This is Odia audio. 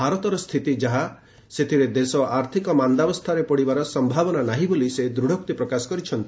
ଭାରତର ସ୍ଥିତି ଯାହା ସେଥିରେ ଦେଶ ଆର୍ଥିକ ମାନ୍ଦାବସ୍ଥାରେ ପଡ଼ିବାର ସମ୍ଭାବନା ନାହିଁ ବୋଲି ସେ ଦୂଢ଼ୋକ୍ତି ପ୍ରକାଶ କରିଛନ୍ତି